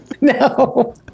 No